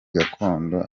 gakondo